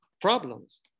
problems